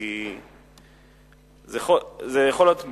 כי זה יכול להיות,